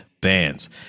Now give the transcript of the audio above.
bands